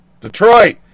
Detroit